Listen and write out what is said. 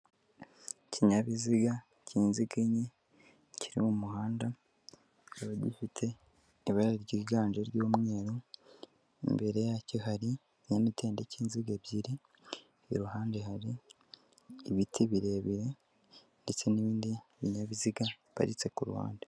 Ikinyabiziga k'inziga enye, kiri mu muhanda kikaba gifite ibara ryiganje ry'umweru, imbere yacyo hari ikinyamitende cy'inziga ebyiri, i ruhande hari ibiti birebire ndetse n'ibindi binyabiziga biparitse ku ruhande.